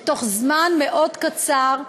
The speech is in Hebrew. ותוך זמן מאוד קצר,